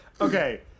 Okay